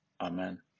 Amen